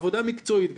עבודה מקצועית,